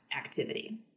activity